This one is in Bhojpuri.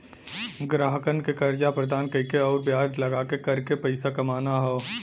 ग्राहकन के कर्जा प्रदान कइके आउर ब्याज लगाके करके पइसा कमाना हौ